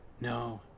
no